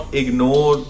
ignore